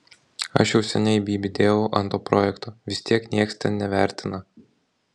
aš jau seniai bybį dėjau ant to projekto vis tiek nieks ten nevertina